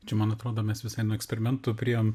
čia man atrodo mes visai nuo eksperimentų priėjom